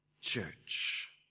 church